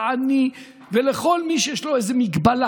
לעני ולכל מי שיש לו איזו מגבלה,